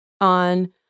on